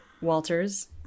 Walters